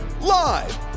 Live